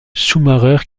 schumacher